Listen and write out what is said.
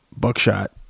Buckshot